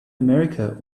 america